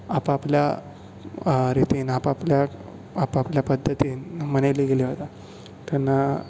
आप आपल्या रितीन आप आपल्या आप आपल्या पद्दतीन मनयली गेली वता